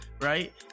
right